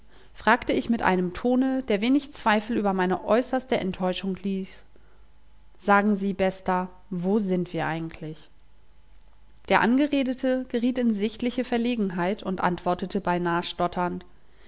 fragte ich mit einem tone der wenig zweifel über meine äußerste enttäuschung ließ sagen sie bester wo sind wir eigentlich der angeredete geriet in sichtliche verlegenheit und antwortete beinah stotternd